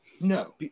No